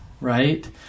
right